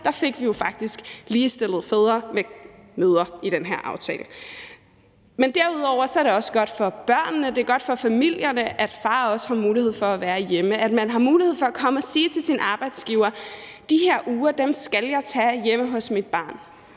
fik vi jo faktisk ligestillet fædre med mødre. Derudover er det også godt for børnene og for familierne, at faren også har mulighed for at være hjemme, at man har mulighed for at komme og sige til sin arbejdsgiver: De her uger skal jeg tage hjemme hos mit barn.